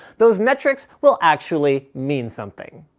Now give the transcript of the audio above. those metrics will actually mean something.